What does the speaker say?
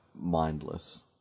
mindless